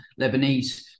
Lebanese